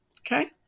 Okay